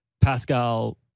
Pascal